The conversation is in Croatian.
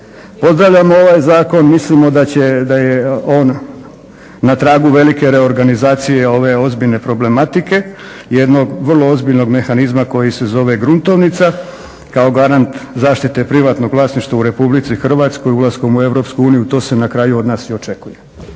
pozdravljamo ovaj Zakon, mislimo da će, da je on na tragu velike reorganizacije ove ozbiljne problematike, jednog vrlo ozbiljnog mehanizma koji se zove gruntovnica kao garant zaštite privatnog vlasništva u Republici Hrvatskoj ulaskom u Europsku uniju, to se na kraju od nas i očekuje.